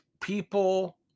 people